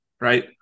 right